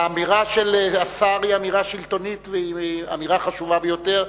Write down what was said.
האמירה של השר היא אמירה שלטונית והיא אמירה חשובה ביותר.